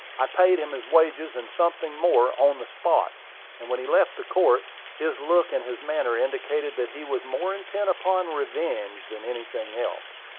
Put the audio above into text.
i paid him his wages, and something more, on the spot and when he left the court, his look and his manner indicated that he was more intent upon revenge than anything else.